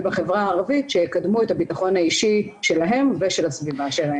בחברה הערבית שיקדמו את הביטחון האישי שלהם ושל הסביבה שלהם.